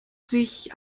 sich